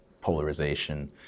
polarization